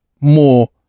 more